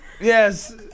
Yes